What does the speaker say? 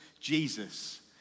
Jesus